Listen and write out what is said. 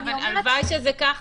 הלוואי שזה כך,